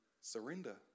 surrender